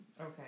Okay